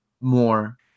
more